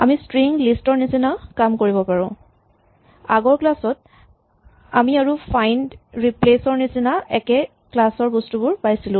আমি string list ৰ নিচিনা কাম কৰিব পাৰো আগৰ ক্লাচ ত আমি আৰু ফাইন্ড ৰিপ্লেচ ৰ নিচিনা একে ক্লাচ ৰ বস্তুবোৰ পাইছিলো